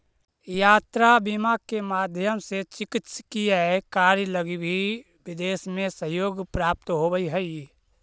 यात्रा बीमा के माध्यम से चिकित्सकीय कार्य लगी भी विदेश में सहयोग प्राप्त होवऽ हइ